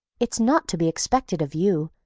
it's not to be expected of you,